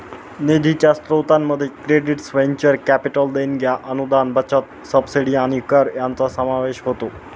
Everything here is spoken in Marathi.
निधीच्या स्त्रोतांमध्ये क्रेडिट्स व्हेंचर कॅपिटल देणग्या अनुदान बचत सबसिडी आणि कर यांचा समावेश होतो